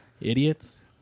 idiots